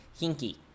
Hinky